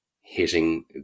hitting